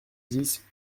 dix